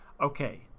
Okay